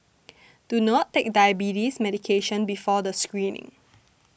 do not take diabetes medication before the screening